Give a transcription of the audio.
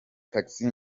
taxi